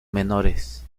menores